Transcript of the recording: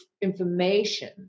information